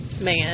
man